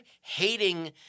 hating